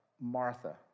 Martha